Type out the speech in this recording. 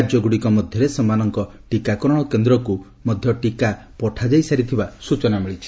ରାଜ୍ୟଗ୍ରଡ଼ିକ ମଧ୍ୟରେ ସେମାନଙ୍କ ଟିକାକରଣ କେନ୍ଦ୍ରକୁ ଟିକା ପଠାଇସାରିଥିବା ସ୍ଟଚନା ମିଳିଛି